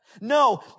no